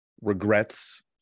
regrets